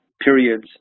periods